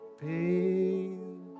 pain